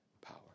power